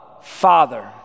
Father